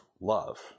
love